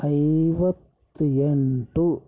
ಐವತ್ತ ಎಂಟು